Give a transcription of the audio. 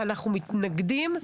אנחנו מתנגדים,